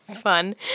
fun